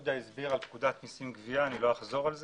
יהודה זמרת הסביר על פקודת המיסים (גבייה) ואני לא אחזור על זה.